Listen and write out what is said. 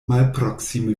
malproksime